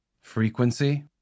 Frequency